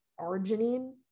arginine